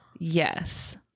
Yes